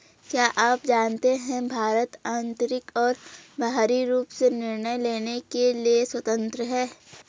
क्या आप जानते है भारत आन्तरिक और बाहरी रूप से निर्णय लेने के लिए स्वतन्त्र है?